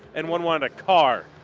and one wanted a car.